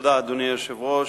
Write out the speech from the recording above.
אדוני היושב-ראש,